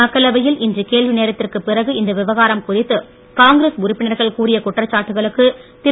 மக்களவையில் இன்று கேள்வி நோத்திற்கு பிறகு இந்த விவகாரம் குறித்து காங்கிரஸ் உறுப்பினர்கள் கூறிய குற்றச்சாட்டுகளுக்கு திரு